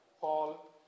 Paul